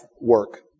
work